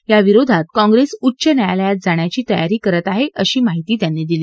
या विरोधात काँग्रेस उच्च न्यायालयात जाण्याची तयारी करत आहे अशी माहिती त्यांनी दिली